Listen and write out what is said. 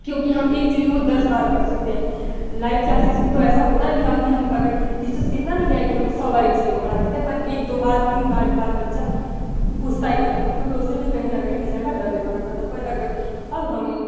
क्योंकि हम एक चीज़ों को दस बार पढ़ सकते हैं लाइव क्लासेस में तो ऐसा होता नी था कि हम अगर टीचर्स कितना भी कहे की हम सौ बार एक चीज़ को पढ़ा सकते हैं पर एक दो बार तीन बार के बाद बच्चा पूछता ही नहीं था क्योंकि उसे भी कहीं ना कहीं टीचर का डर भी हुआ करता था पर अगर अब हमें